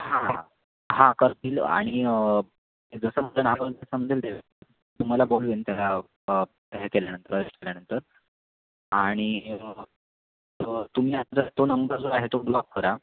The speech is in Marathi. हां हां हां करतील आणि जसं समजेल तुम्हाला बोलवेन त्याला हे केल्यानंतर अरेस्ट केल्यानंतर आणि तुम्ही आता तो नंबर जो आहे तो ब्लॉक करा